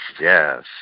yes